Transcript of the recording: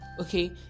okay